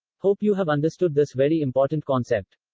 hope you have understood this very important concept.